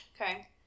Okay